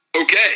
Okay